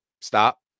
Stop